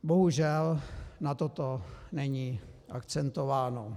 Bohužel, toto není akcentováno.